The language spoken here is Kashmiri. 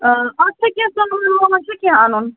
اَتھ چھا کیٚنٛہہ سامان وامان چھا کیٚنٛہہ اَنُن